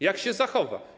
Jak się zachowa?